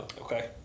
Okay